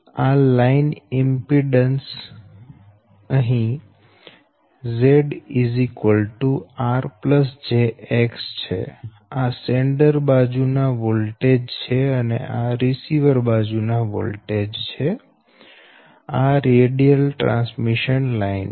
આ line impedance Z R jX છે આ સેન્ડર બાજુ ના વોલ્ટેજ છે અને આ રિસીવર બાજુ ના વોલ્ટેજ છે આ રેડિયલ ટ્રાન્સમિશન લાઈન છે